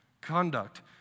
conduct